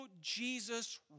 Jesus